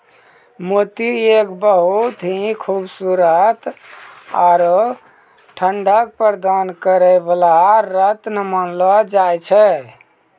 मोती एक बहुत हीं खूबसूरत आरो ठंडक प्रदान करै वाला रत्न मानलो जाय छै